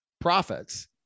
profits